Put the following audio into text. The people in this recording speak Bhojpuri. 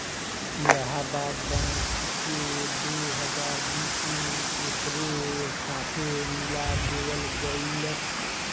इलाहाबाद बैंक के दो हजार बीस में एकरे साथे मिला देवल गईलस